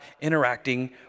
interacting